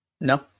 No